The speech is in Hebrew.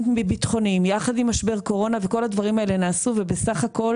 ביטחוניים יחד עם משבר קורונה וכל הדברים האלה נעשו ובסך הכול